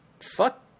fuck